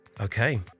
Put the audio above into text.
Okay